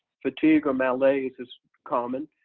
fatigue or malaise is common.